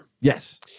yes